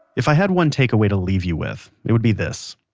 if i had one takeaway to leave you with, it would be this.